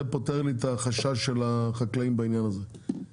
זה פותר לי את החשש של החקלאים בעניין הזה, בסדר?